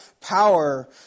power